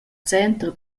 center